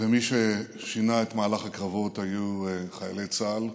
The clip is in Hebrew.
ומי ששינה את מהלך הקרבות היו חיילי צה"ל,